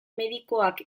medikoak